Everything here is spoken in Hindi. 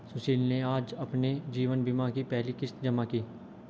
सुशील ने आज अपने जीवन बीमा की पहली किश्त जमा की